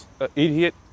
idiot